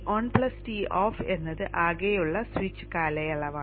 Ton Toff എന്നത് ആകെയുള്ള switch കാലയളവാണ്